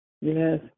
yes